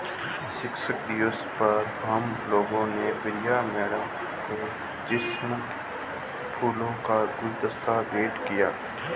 शिक्षक दिवस पर हम लोगों ने प्रिया मैम को जैस्मिन फूलों का गुलदस्ता भेंट किया